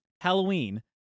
Halloween